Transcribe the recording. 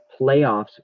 playoffs